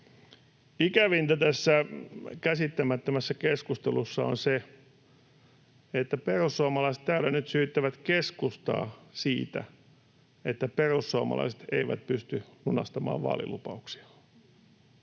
Ikävintä tässä käsittämättömässä keskustelussa on se, että perussuomalaiset täällä nyt syyttävät keskustaa siitä, että perussuomalaiset eivät pysty lunastamaan vaalilupauksiaan.